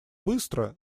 быстро